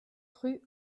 rue